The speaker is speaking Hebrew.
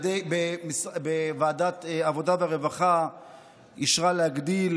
ועדת העבודה והרווחה אישרה להגדיל